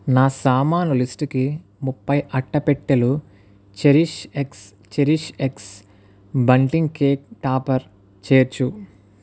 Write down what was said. నా సామాను లిస్టుకి ముప్పై అట్టపెట్టెలు Cherish X Cherish X bunting cake topper చేర్చు